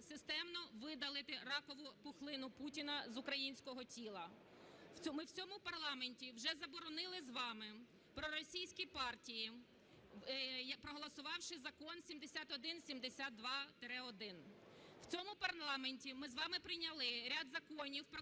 системно видалити ракову пухлину Путіна з українського тіла. Ми в цьому парламенті вже заборонили з вами проросійські партії, проголосувавши Закон 7172-1. У цьому парламенті ми з вами прийняли ряд законів